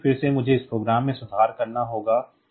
इसलिए फिर से मुझे इस प्रोग्राम में सुधार करना होगा